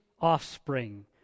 offspring